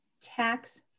tax